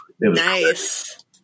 nice